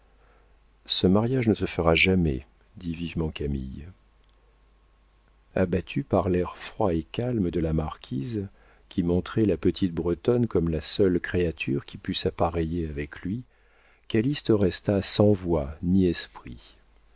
ce mariage ne se fera jamais dit vivement camille abattu par l'air froid et calme de la marquise qui montrait la petite bretonne comme la seule créature qui pût s'appareiller avec lui calyste resta sans voix ni esprit